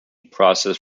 process